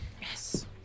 Yes